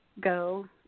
go